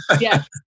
Yes